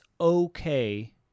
okay